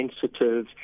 sensitive